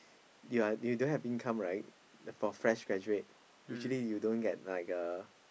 you are you don't have income right the for fresh graduate usually you don't get like a